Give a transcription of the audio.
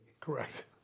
Correct